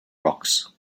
rocks